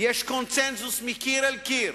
יש קונסנזוס, מקיר אל קיר,